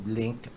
link